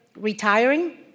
retiring